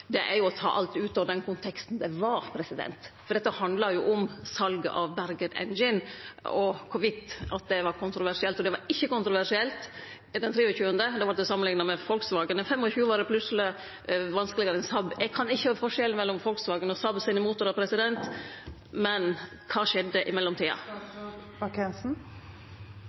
er å ta alt ut av kontekst. Dette handla jo om sal av Bergen Engines og om det var kontroversielt. Det var ikkje kontroversielt den 23. Då vart det samanlikna med Volkswagen. Den 25. var det plutseleg vanskelegare enn Saab. Eg kan ikkje forskjellen mellom Volkswagen og Saab sine motorar, men kva skjedde i mellomtida?